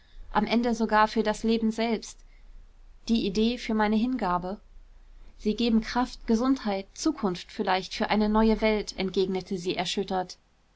am ende sogar für das leben selbst die idee für meine hingabe sie geben kraft gesundheit zukunft vielleicht für eine neue welt entgegnete sie erschüttert